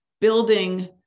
building